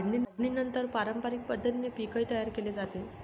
काढणीनंतर पारंपरिक पद्धतीने पीकही तयार केले जाते